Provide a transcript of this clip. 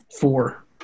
Four